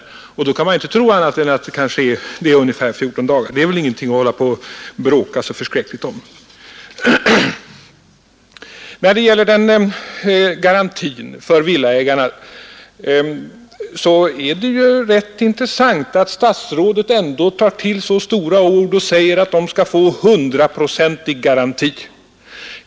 Av dessa kan man väl inte tro annat än att det rörde sig om ungefär 14 dagar, men detta är väl ingenting att bråka så förskräckligt om. Det är rätt intressant att statsrådet tar till så stora ord när han säger att villaägarna skall få hundraprocentig garanti.